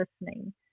listening